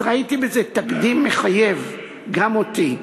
אז ראיתי בזה תקדים המחייב גם אותי.